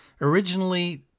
originally